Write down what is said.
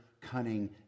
cunning